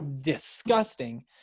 disgusting